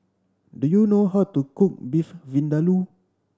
do you know how to cook Beef Vindaloo